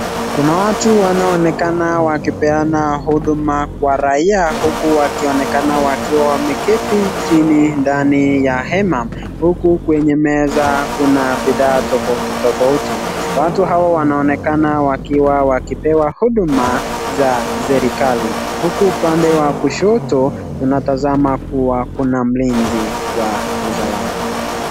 Kuna watu wanaonekana kupeana huduma kwa raia huku wakionekana wakiwa wameketi chini, ndani ya hema. Huku kwenye meza kuna bidhaa tofauti tofauti. Watu hawo wanaonekana wakiwa wakipewa huduma za serikali. Huku upande wa kushoto tunatazama kuwa kuna mlinzi wa usalama.